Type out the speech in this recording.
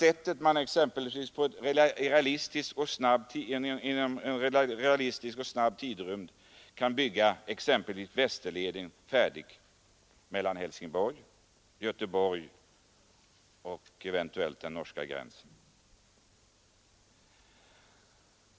Det är t.ex. det enda snabbt framkomliga sättet att snabbt färdigbygga Västerleden vägen mellan Helsingborg och Göteborg och eventuellt vidare till den norska gränsen.